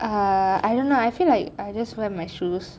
uh I don't know I feel like I just wear my shoes